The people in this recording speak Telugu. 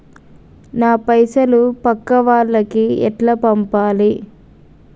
నా పైసలు పక్కా వాళ్లకి ఎట్లా పంపాలి?